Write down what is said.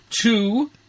Two